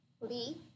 Lee